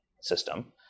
system